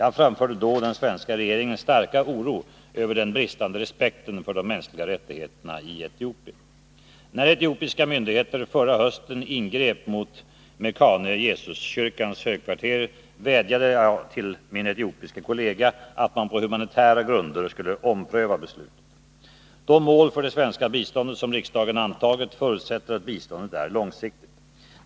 Jag framförde då den svenska regeringens starka oro över den bristande respekten för de mänskliga rättigheterna i Etiopien. När etiopiska myndigheter förra hösten ingrep mot Mekane Yesuskyrkans högkvarter, vädjade jag till min etiopiske kollega att man på humanitära grunder skulle ompröva beslutet. De mål för det svenska biståndet som riksdagen antagit förutsätter att biståndet är långsiktigt.